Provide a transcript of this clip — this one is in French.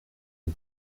des